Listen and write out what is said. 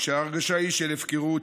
כשההרגשה היא של הפקרות,